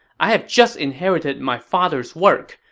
i have just inherited my father's work.